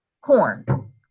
corn